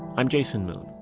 i'm jason moon